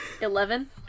Eleven